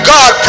God